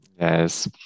Yes